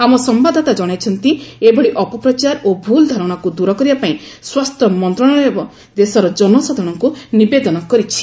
ଆମ ସମ୍ଭାଦଦାତା ଜଣାଇଛନ୍ତି ଏଭଳି ଅପପ୍ରଚାର ଓ ଭୁଲ୍ ଧାରଣାକୁ ଦୂର କରିବା ପାଇଁ ସ୍ୱାସ୍ଥ୍ୟ ମନ୍ତ୍ରଣାଳୟ ଦେଶର ଜନସାଧାରଣଙ୍କୁ ନିବେଦନ କରିଛି